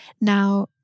Now